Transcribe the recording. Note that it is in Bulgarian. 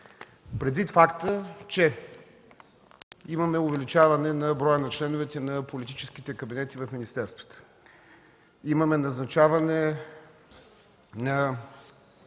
предвид факта, че имаме увеличаване на броя на членовете на политическите кабинети в министерствата, имаме назначаване на